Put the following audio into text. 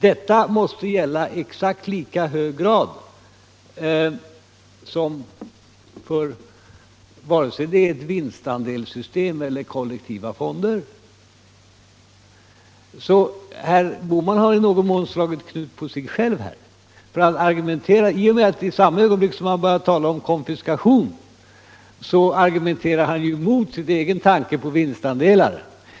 Det måste gälla i exakt lika hög grad vare sig det är fråga om ett vinstandelssystem eller om kollektiva fonder. Herr Bohman har här i någon mån slagit knut på sig själv. I samma ögonblick som han börjar tala om konfiskation argumenterar han emot sig egen tanke på vinstandelar.